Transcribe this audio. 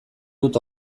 dut